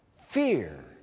Fear